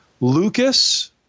Lucas